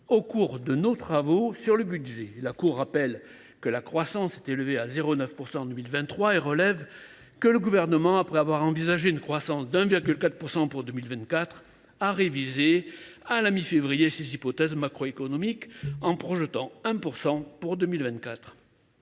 au cours de nos travaux budgétaires. La Cour rappelle que la croissance s’est élevée à 0,9 % en 2023 et relève que le Gouvernement, après avoir envisagé une croissance de 1,4 % pour 2024, a révisé à la mi février ses hypothèses macroéconomiques, en prévoyant une